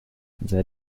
their